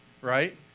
right